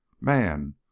Man